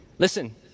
Listen